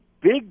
big